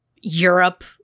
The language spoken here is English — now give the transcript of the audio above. Europe